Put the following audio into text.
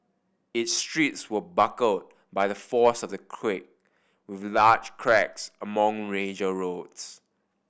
its streets were buckled by the force of the quake with large cracks along major roads